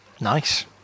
nice